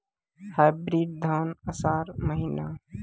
Hybrid धान आषाढ़ महीना?